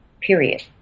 period